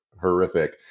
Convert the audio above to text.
horrific